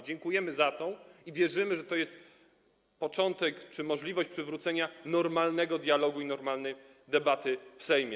Dziękujemy za nią i wierzymy, że to jest początek czy możliwość przywrócenia normalnego dialogu i normalnej debaty w Sejmie.